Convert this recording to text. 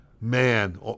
Man